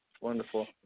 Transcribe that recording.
Wonderful